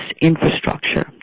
infrastructure